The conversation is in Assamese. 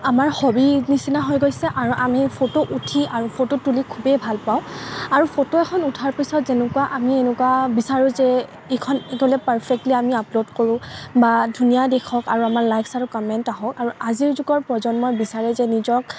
আমাৰ হবিৰ নিচিনা হৈ গৈছে আৰু আমি ফটো উঠি আৰু ফটো তুলি খুবেই ভাল পাওঁ আৰু ফটো এখন উঠাৰ পিছত যেনেকৈ আমি এনেকুৱা বিচাৰোঁ যে এইখন পাৰফেক্টলি আমি আপলোড কৰোঁ বা ধুনীয়া দেখক আৰু আমৰ লাইফষ্টাইলত কমেণ্ট আহক আৰু আজিৰ যুগৰ প্ৰজন্মই বিচাৰে যে নিজক